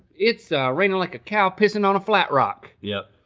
it's rainin' like a cow pissin' on a flat rock. yup,